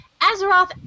Azeroth